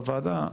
בוועדה.